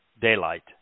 daylight